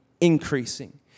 increasing